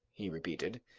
he repeated.